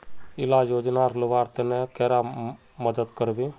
इला योजनार लुबार तने कैडा मदद करबे?